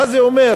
מה זה אומר?